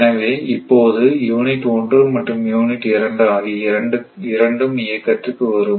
எனவே இப்போது யூனிட் 1 மற்றும் யூனிட் 2 ஆகிய இரண்டும் இயக்கத்துக்கு வரும்